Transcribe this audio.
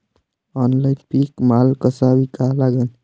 Online पीक माल कसा विका लागन?